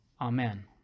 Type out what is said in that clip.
Amen